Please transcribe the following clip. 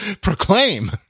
proclaim